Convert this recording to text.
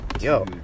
yo